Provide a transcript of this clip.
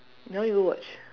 ya you go watch